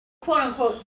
quote-unquote